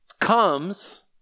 comes